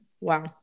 wow